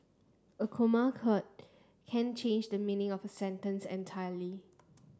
a comma can change the meaning of a sentence entirely